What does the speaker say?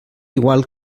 igual